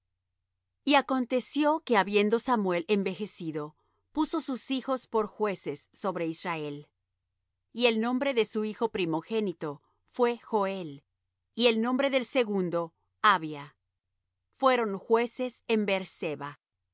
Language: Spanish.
y acontecio que habiendo samuel envejecido puso sus hijos por jueces sobre israel y el nombre de su hijo primogénito fué joel y el nombre del segundo abia fueron jueces en beer sebah mas